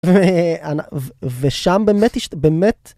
ושם באמת באמת.